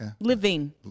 Living